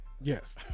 yes